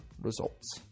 results